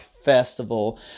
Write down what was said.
Festival